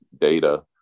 data